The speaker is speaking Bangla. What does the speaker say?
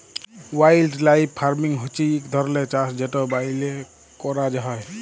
ওয়াইল্ডলাইফ ফার্মিং হছে ইক ধরলের চাষ যেট ব্যইলে ক্যরা হ্যয়